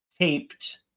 taped